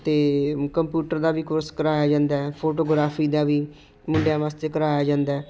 ਅਤੇ ਕੰਪਿਊਟਰ ਦਾ ਵੀ ਕੋਰਸ ਕਰਵਾਇਆ ਜਾਂਦਾ ਹੈ ਫੋਟੋਗ੍ਰਾਫੀ ਦਾ ਵੀ ਮੁੰਡਿਆਂ ਵਾਸਤੇ ਕਰਵਾਇਆ ਜਾਂਦਾ ਹੈ